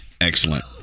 Excellent